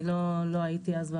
לא הייתי אז,